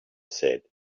said